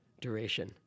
duration